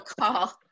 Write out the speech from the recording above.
call